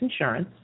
insurance